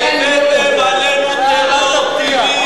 הבאתם עלינו טרור ואסונות,